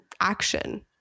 action